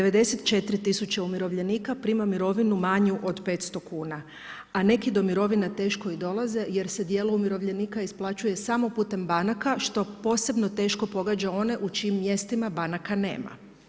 94000 umirovljenika prima mirovinu manju od 500 kuna, a neki do mirovina teško i dolaze jer se dijelu umirovljenika isplaćuje samo putem banaka što posebno teško pogađa one u čijim mjestima banaka nema.